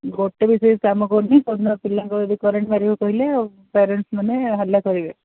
ଗୋଟେ ବି ସୁଇଚ୍ କାମ କରୁନି କୋଉ ଦିନ ପିଲାଙ୍କୁ ଯଦି କରେଣ୍ଟ୍ ମାରିବ କହିଲେ ପ୍ୟାରେଣ୍ଟସ୍ମାନେ ହାଲ୍ଲା କରିବେ